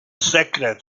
secret